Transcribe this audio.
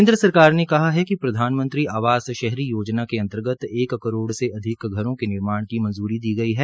केन्द्र सरकार ने कहा है प्रधानमंत्री आवास शहरी योजना के अंतर्गत एक करोड़ से अधिक घरों के निर्माण की मंजूरी दी गई है